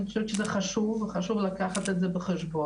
אני חושבת שזה חשוב וחשוב לקחת את זה בחשבון.